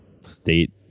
state